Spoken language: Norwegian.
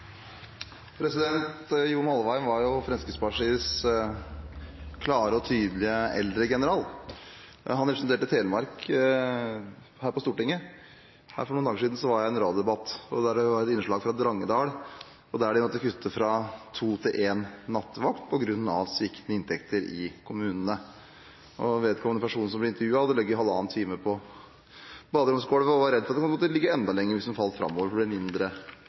var Fremskrittspartiets klare og tydelige eldregeneral. Han representerte Telemark her på Stortinget. For noen dager siden var jeg i en radiodebatt der det var et innslag fra Drangedal, der de måtte kutte fra to nattevakter til én på grunn av sviktende inntekter i kommunene. Vedkommende person som ble intervjuet, hadde ligget halvannen time på baderomsgulvet og var redd for at han måtte ligge enda lenger hvis det ble færre nattevakter. Den